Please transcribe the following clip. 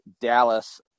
Dallas